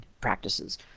practices